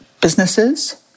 businesses